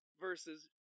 versus